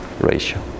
ratio